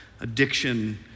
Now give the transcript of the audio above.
addiction